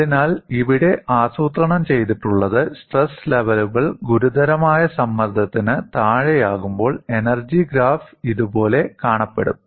അതിനാൽ ഇവിടെ ആസൂത്രണം ചെയ്തിട്ടുള്ളത് സ്ട്രെസ് ലെവലുകൾ ഗുരുതരമായ സമ്മർദ്ദത്തിന് താഴെയാകുമ്പോൾ എനർജി ഗ്രാഫ് ഇതുപോലെ കാണപ്പെടും